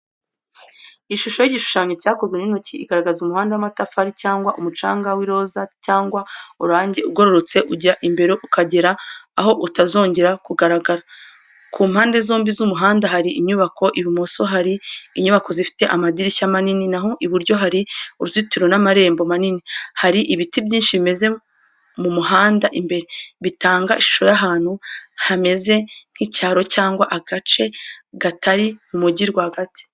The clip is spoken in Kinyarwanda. Ishusho y’igishushanyo cyakozwe n’intoki, igaragaza umuhanda w’amatafari cyangwa umucanga w’iroza cyangwa orange ugororotse ujya imbere ukagera aho utazongera kugaragara. ku mpande zombi z’umuhanda hari inyubako: ibumoso harimo inyubako zifite amadirishya manini, naho iburyo hari uruzitiro n’amarembo manini. hari ibiti byinshi bimeze mu muhanda imbere, bitanga ishusho y’ahantu hameze nk’icyaro cyangwa agace gatari mu mujyi rwagati.